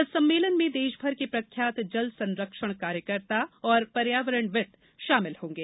इस सम्मेलन में देशभर के प्रख्यात जल संरक्षण कार्यकर्ता और पर्यावरणवीद शामिल होंगे